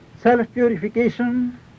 self-purification